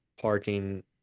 parking